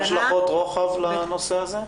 אין השלכות רוחב לנושא הזה?